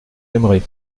aimerez